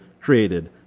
created